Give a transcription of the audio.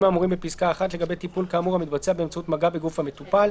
האמורים בפסקה (1) לגבי טיפול כאמור המתבצע באמצעות מגע בגוף המטופל,